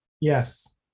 yes